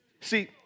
See